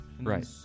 Right